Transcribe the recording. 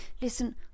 Listen